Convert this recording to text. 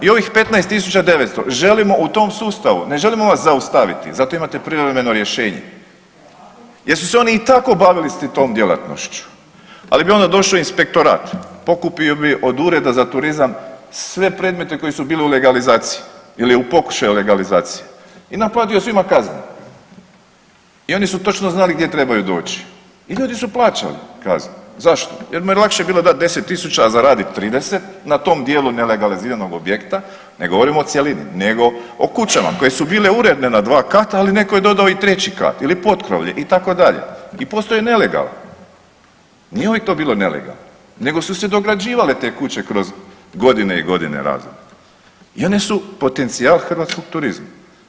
I ovih 15.900 želimo u tom sustavu, ne želimo vas zaustavit, zato imate privremeno rješenje jer su se oni i tako bavili tom djelatnošću ali bi onda došao inspektorat, pokupio bi od ureda za turizam sve predmete koji su bili u legalizaciji ili u pokušaju legalizacije i naplatio svima kaznu, i oni su točno znali gdje trebaju doći i ljudi su plaćali kaznu, zašto, jer mu je lakše bilo dat 10 tisuća a zaradit 30 na tom dijelu nelegaliziranog objekta ne govorimo o cjelini nego o kućama koje su bile uredne na dva kata al neko je dodao i treći kat ili potkrovlje itd., i postao nelegalan nije uvije to bilo nelegalno nego su se dograđivale te kuće kroz godine i godine rada i one su potencijal hrvatskog turizma.